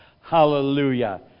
Hallelujah